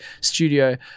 studio